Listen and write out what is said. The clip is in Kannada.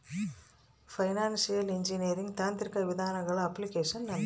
ಫೈನಾನ್ಶಿಯಲ್ ಇಂಜಿನಿಯರಿಂಗ್ ತಾಂತ್ರಿಕ ವಿಧಾನಗಳ ಅಪ್ಲಿಕೇಶನ್ ಅಂತಾರ